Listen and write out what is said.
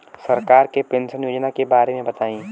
सरकार के पेंशन योजना के बारे में बताईं?